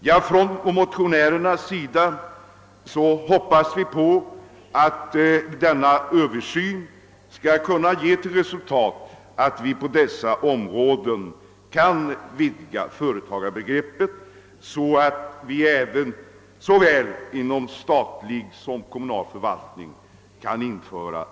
Vi motionärer hoppas att översynen skall ge till resultat att företagarbegreppet på dessa områden kan vidgas, så att det blir möjligt att införa halvskyddad verksamhet inom såväl statlig som kommunal förvaltning.